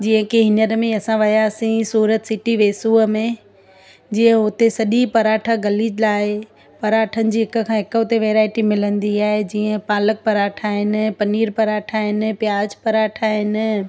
जीअं की हींअर में असां वियासी सूरत सिटी वेसूअ में जीअं हुते सॼी पराठा गली लाइ पराठनि जी हिक खां हिकु हुते वैरायटी मिलंदी आहे जीअं पालक पराठा आहिनि पनीर पराठा आहिनि प्याज पराठा आहिनि